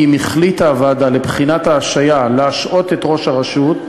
כי אם החליטה הוועדה לבחינת השעיה להשעות את ראש הרשות,